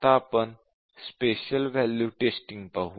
आता आपण special value testing पाहू